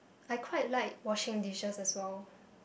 I quite like washing dishes as well